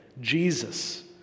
Jesus